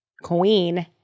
Queen